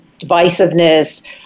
divisiveness